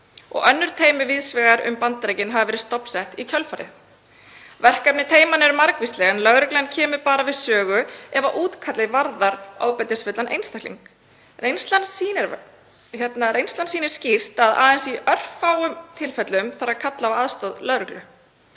og önnur teymi víðs vegar um Bandaríkin hafa verið stofnsett í kjölfarið. Verkefni teyma eru margvísleg en lögreglan kemur bara við sögu ef útkallið varðar ofbeldisfullan einstakling. Reynslan sýnir skýrt að aðeins í örfáum tilfellum þarf að kalla á aðstoð lögreglu.